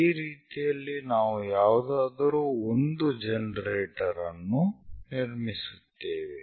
ಈ ರೀತಿಯಲ್ಲಿ ನಾವು ಯಾವುದಾದರೂ ಒಂದು ಜನರೇಟರ್ ಅನ್ನು ನಿರ್ಮಿಸುತ್ತೇವೆ